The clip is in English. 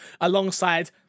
alongside